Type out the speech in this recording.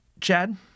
Chad